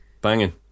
banging